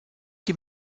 die